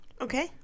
Okay